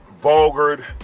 vulgar